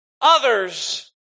others